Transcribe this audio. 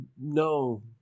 No